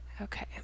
Okay